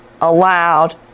allowed